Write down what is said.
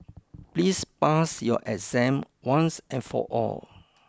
please pass your exam once and for all